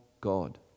God